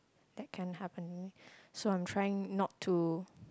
that can happen so I am trying not to